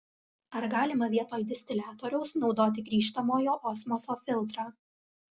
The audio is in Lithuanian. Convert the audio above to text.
ar galima vietoj distiliatoriaus naudoti grįžtamojo osmoso filtrą